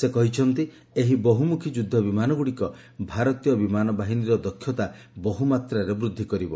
ସେ କହିଛନ୍ତି ଏହି ବହୁମୁଖୀ ଯୁଦ୍ଧ ବିମାନଗୁଡ଼ିକ ଭାରତୀୟ ବିମାନ ବାହିନୀର ଦକ୍ଷତା ବହୁମାତ୍ରାରେ ବୃଦ୍ଧି କରିବ